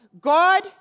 God